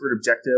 objective